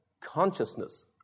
consciousness